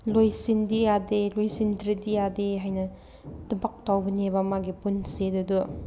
ꯂꯣꯏꯁꯤꯟꯗꯤ ꯌꯥꯗꯦ ꯂꯣꯏꯁꯤꯟꯗ꯭ꯔꯗꯤ ꯌꯥꯗꯦ ꯍꯥꯏꯅ ꯊꯕꯛ ꯇꯧꯒꯅꯦꯕ ꯃꯥꯒꯤ ꯄꯨꯟꯁꯤ ꯑꯗꯨꯗꯣ